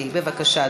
בבקשה,